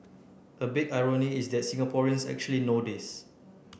a big irony is that Singaporeans actually know this